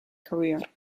career